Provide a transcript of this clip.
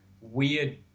weird